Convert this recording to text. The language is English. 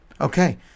Okay